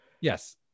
yes